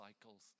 cycles